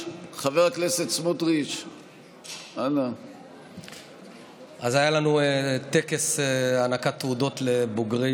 ובאופן שוטף סיכלה ומסכלת אירועים פליליים